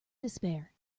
despair